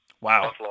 Wow